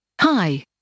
Hi